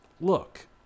look